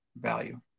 value